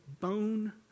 bone